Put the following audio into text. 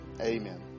Amen